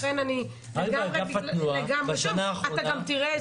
לכן, אני לגמרי שם, ואתה גם תראה את זה.